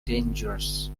dangerous